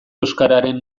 euskararen